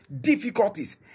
difficulties